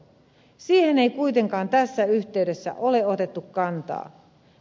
siihen ei kuitenkaan tässä yhteydessä ole otettu kantaa